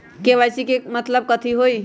KYC के मतलब कथी होई?